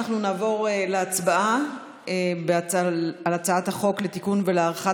אנחנו נעבור להצבעה על הצעת החוק לתיקון ולהארכת